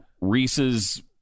Reese's